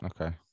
Okay